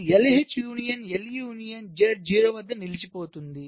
ఇది LH union LE union Z 0 వద్ద నిలిచిపోతుంది